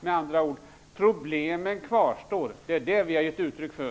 Med andra ord: Problemen kvarstår. Det är det vi har gett uttryck för.